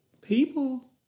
people